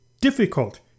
difficult